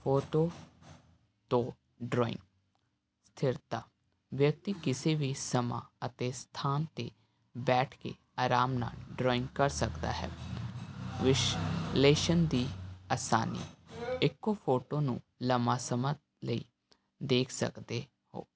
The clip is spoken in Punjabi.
ਫੋਟੋ ਤੋਂ ਡਰਾਇੰਗ ਸਥਿਰਤਾ ਵਿਅਕਤੀ ਕਿਸੇ ਵੀ ਸਮਾਂ ਅਤੇ ਸਥਾਨ 'ਤੇ ਬੈਠ ਕੇ ਆਰਾਮ ਨਾਲ ਡਰਾਇੰਗ ਕਰ ਸਕਦਾ ਹੈ ਵਿਸ਼ਲੇਸ਼ਣ ਦੀ ਆਸਾਨੀ ਇੱਕੋ ਫੋਟੋ ਨੂੰ ਲੰਬਾ ਸਮਾਂ ਲਈ ਦੇਖ ਸਕਦੇ ਹੋ